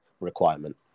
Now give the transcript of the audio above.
requirement